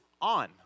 on